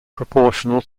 proportional